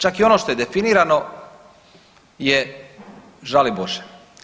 Čak i ono što je definirano je žali Bože.